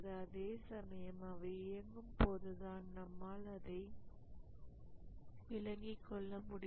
அதே சமயம் அவை இயங்கும் போதுதான் நம்மால் அதை விளங்கிக் கொள்ள முடியும்